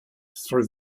through